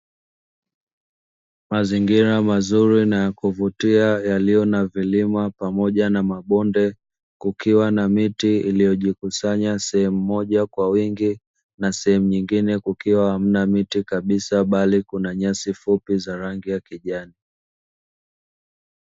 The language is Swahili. Mazingira mazuri na ya kuvutia yaliyo na vilima pamoja na mabonde, kukiwa na miti iliyojikusanya sehemu moja kwa wingi, na sehemu nyingine kukiwa hamna miti kabisa bali kuna nyasi fupi za rangi ya kijani.